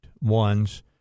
ones